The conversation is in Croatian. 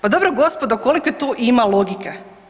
Pa dobro gospodo koliko tu ima logike.